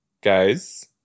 Guys